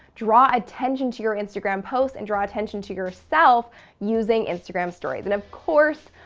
draw attention to your instagram post and draw attention to yourself using instagram stories. and of course,